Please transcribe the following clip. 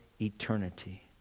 eternity